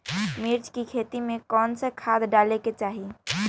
मिर्च की खेती में कौन सा खाद डालें?